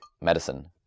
medicine